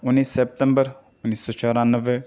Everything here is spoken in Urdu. اُنیس سیپتمبر اُنیس سو چورانوے